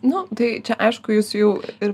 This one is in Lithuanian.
nu tai čia aišku jūs jau ir